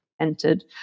entered